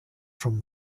from